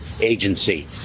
agency